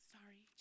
Sorry